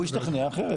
הוא השתכנע אחרת.